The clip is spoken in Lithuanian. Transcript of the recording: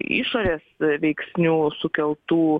išorės veiksnių sukeltų